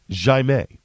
Jaime